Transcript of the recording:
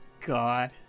god